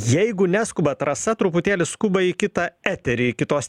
jeigu neskubat rasa truputėlį skuba į kitą eterį į kitos